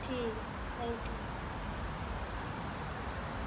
ठीक ऐ thank U